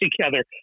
together